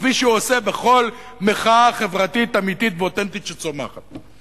כפי שהוא עושה בכל מחאה חברתית אמיתית ואותנטית שצומחת.